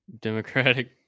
Democratic